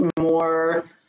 more